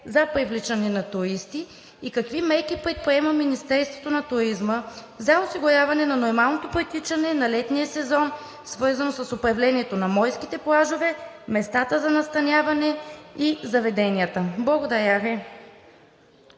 за привличане на туристи? Какви мерки предприема Министерството на туризма за осигуряване на нормалното протичане на летния сезон, свързан с управлението на морските плажове, местата за настаняване и заведенията? Благодаря Ви.